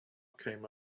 came